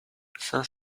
cinq